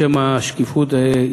לשם השקיפות,